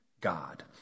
God